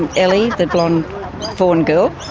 and ellie, the blonde fawn girl,